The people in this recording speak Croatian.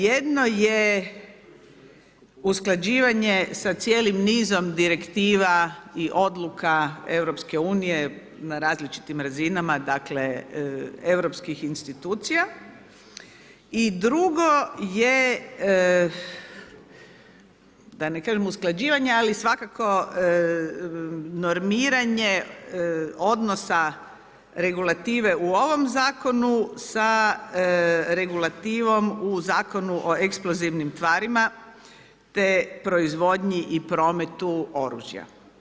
Jedno je usklađivanje sa cijelim nizom direktiva i odluka EU na različitim razinama, dakle, europskih institucija i drugo je da ne kažem usklađivanje, ali svakako normiranje odnosa regulative u ovom zakonu sa regulativom u Zakonu o eksplozivnim tvarima, te proizvodnji i prometu oružja.